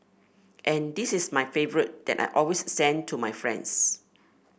and this is my favourite that I always send to my friends